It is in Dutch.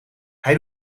hij